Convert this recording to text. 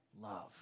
love